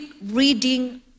reading